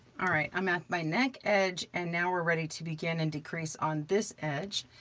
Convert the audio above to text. all right. i'm at my neck edge, and now we're ready to begin and decrease on this edge.